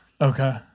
Okay